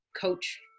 coach